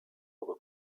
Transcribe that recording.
ordre